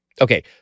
Okay